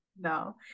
no